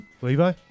Levi